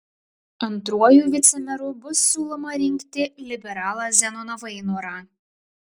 antruoju vicemeru bus siūloma rinkti liberalą zenoną vainorą